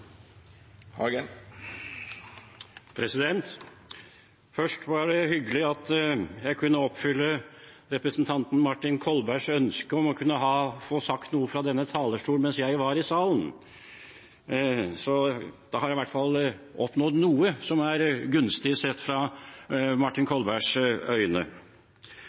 Først: Det var hyggelig at jeg kunne oppfylle representanten Martin Kolbergs ønske om å få sagt noe fra denne talerstolen mens jeg var i salen. Da har jeg i hvert fall oppnådd noe som er gunstig, sett med Martin Kolbergs øyne.